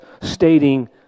stating